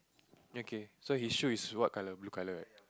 okay so his shoe is what colour blue colour right